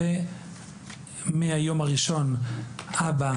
מהיום הראשון אבא,